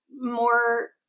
more